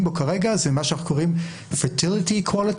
בו כרגע זה מה שהם קוראיםfertility quality,